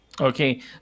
Okay